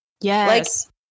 Yes